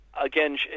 Again